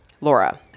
Laura